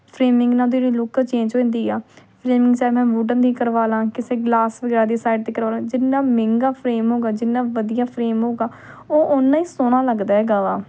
framing ਨਾਲ ਉਹਦੀ ਜਿਹੜੀ ਲੁੱਕ ਆ ਚੇਂਜ ਹੋ ਜਾਂਦੀ ਆ ਫਰੇਮਿੰਗ ਚਾਹੇ ਮੈਂ ਵੁਡਨ ਦੀ ਕਰਵਾ ਲਵਾਂ ਕਿਸੇ ਗਲਾਸ ਵਗੈਰਾ ਦੀ ਸਾਈਡ 'ਤੇ ਕਰਵਾ ਲਵਾਂ ਜਿੰਨਾ ਮਹਿੰਗਾ ਫਰੇਮ ਹੋਊਗਾ ਜਿੰਨਾ ਵਧੀਆ ਫਰੇਮ ਹੋਊਗਾ ਉਹ ਓਨਾ ਹੀ ਸੋਹਣਾ ਲੱਗਦਾ ਹੈਗਾ ਵਾ